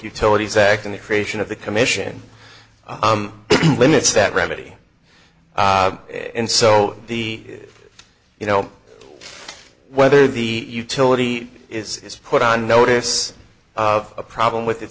utilities act in the creation of the commission i'm limits that gravity and so the you know whether the utility is is put on notice of a problem with it